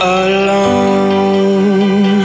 alone